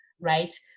right